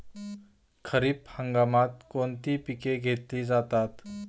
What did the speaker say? खरीप हंगामात कोणती पिके घेतली जातात?